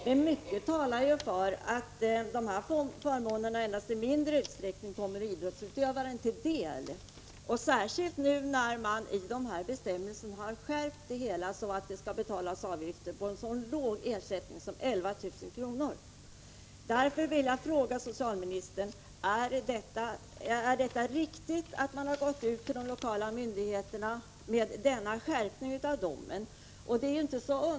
Men mycket talar för att de här förmånerna endast i mindre utsträckning kommer idrottsutövaren till del, särskilt när bestämmelserna skärps så att avgift skall betalas på så låga ersättningar som 11 000 kr. Därför vill jag fråga socialministern: Är det riktigt att man gått ut till de lokala myndigheterna med denna skärpning av domen?